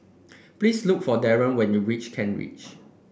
please look for Daron when you reach Kent Ridge